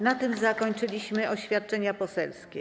Na tym zakończyliśmy oświadczenia poselskie.